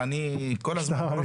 אבל מי שרוצה יכול ורשאי.